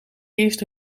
eerste